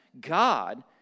God